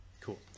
Cool